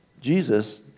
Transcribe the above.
Jesus